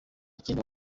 kindi